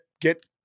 get